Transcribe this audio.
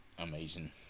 Amazing